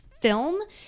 film